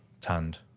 tanned